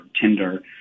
Tinder